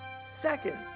second